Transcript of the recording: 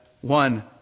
one